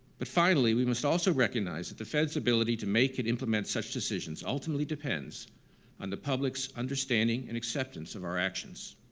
but, finally, we must also recognize that the fed's ability to make and implement such decisions ultimately depends on the public's understanding and acceptance of our actions.